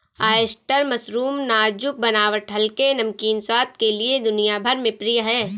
oyster mushroom नाजुक बनावट हल्के, नमकीन स्वाद के लिए दुनिया भर में प्रिय है